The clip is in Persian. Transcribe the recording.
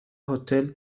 هتل